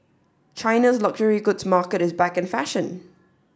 China's luxury goods market is back in fashion